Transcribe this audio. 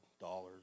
dollars